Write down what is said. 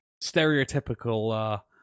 stereotypical